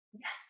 Yes